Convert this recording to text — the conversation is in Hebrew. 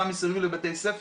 שנמצאת איתנו וגם אפי שפר.